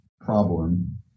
problem